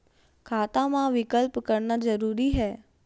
खाता मा विकल्प करना जरूरी है?